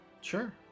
sure